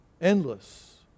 endless